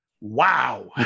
wow